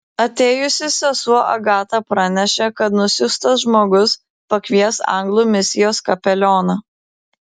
atėjusi sesuo agata pranešė kad nusiųstas žmogus pakvies anglų misijos kapelioną